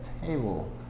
table